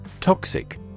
Toxic